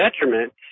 detriment